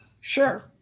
sure